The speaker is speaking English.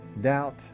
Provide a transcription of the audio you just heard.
doubt